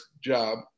job